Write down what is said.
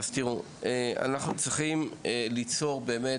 אנחנו צריכים ליצור באמת,